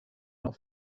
not